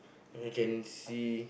you know you can see